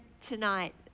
tonight